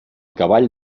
cavall